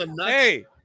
hey